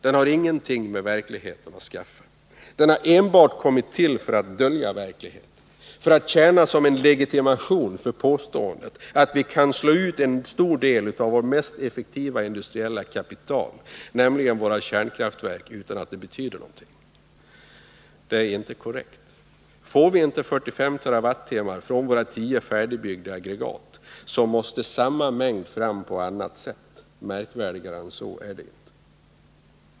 Den har ingenting med verkligheten att skaffa. Den har enbart kommit till för att dölja verkligheten, för att tjäna som en legitimation för påståendet att vi kan slå ut en stor del av vårt mest effektiva industriella kapital, nämligen våra kärnkraft utan att det betyder något. Detta är inte korrekt. Får vi inte 45 TWh från våra tio färdigbyggda aggregat, så måste samma mängd tas fram på annat sätt. Märkvärdigare än så är det inte.